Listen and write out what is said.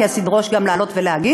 כי אז היא תדרוש גם לעלות ולהגיב,